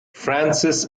francis